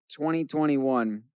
2021